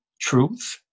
truth